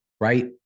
right